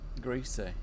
greasy